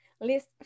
list